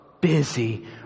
busy